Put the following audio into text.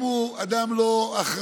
אם הוא אדם לא אחראי,